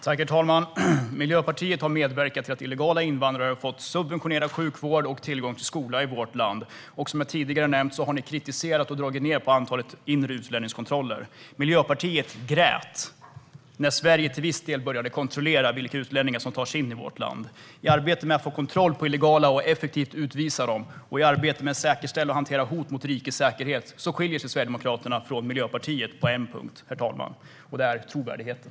Herr talman! Miljöpartiet har medverkat till att illegala invandrare har fått subventionerad sjukvård och tillgång till skola i vårt land. Som jag tidigare har nämnt har ni kritiserat och dragit ned på antalet inre utlänningskontroller. Miljöpartiet grät när Sverige till viss del började kontrollera vilka utlänningar som tar sig in i vårt land. I arbetet med att få kontroll på illegala och effektivt utvisa dem och i arbetet med att säkerställa och hantera hot mot rikets säkerhet skiljer sig Sverigedemokraterna från Miljöpartiet på en punkt, herr talman, och det är trovärdigheten.